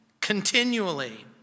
continually